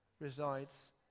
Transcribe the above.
resides